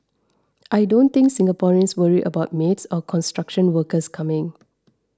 I don't think Singaporeans worry about maids or construction workers coming